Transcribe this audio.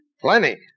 Plenty